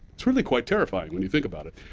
it's really quite terrifying, when you think about it.